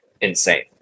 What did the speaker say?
insane